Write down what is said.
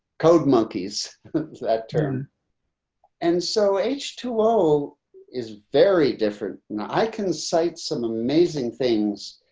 code monkeys that turn and so h two o is very different. i can cite some amazing things.